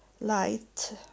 light